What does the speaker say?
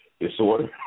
disorder